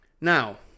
Now